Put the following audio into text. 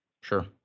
Sure